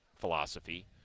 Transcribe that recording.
philosophy